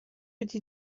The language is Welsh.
wedi